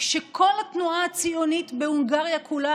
כשכל התנועה הציונית בהונגריה כולה